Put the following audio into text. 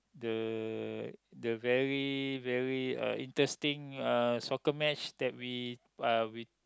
the the very very uh interesting uh soccer match that we uh we